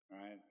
right